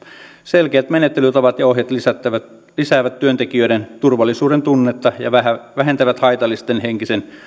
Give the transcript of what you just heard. selkeät menettelytavat ja ohjeet lisäävät työntekijöiden turvallisuudentunnetta ja vähentävät haitallisen henkisen